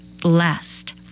blessed